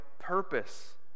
purpose